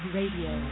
Radio